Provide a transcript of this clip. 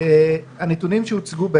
הנתונים שהוצגו,